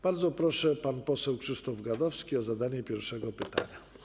Bardzo proszę pana posła Krzysztofa Gadowskiego o zadanie pierwszego pytania.